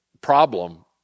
problem